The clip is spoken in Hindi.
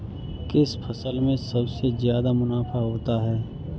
किस फसल में सबसे जादा मुनाफा होता है?